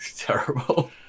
Terrible